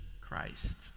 Christ